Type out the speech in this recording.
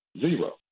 Zero